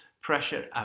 Pressure